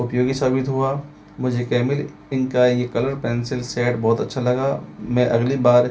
उपयोगी साबित हुआ मुझे कैमेल इनका यह कलर पेंसिल सेट बहुत अच्छा लगा मैं अगली बार